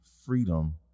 freedom